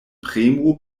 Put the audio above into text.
premu